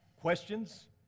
questions